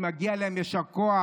שמגיע להן יישר כוח.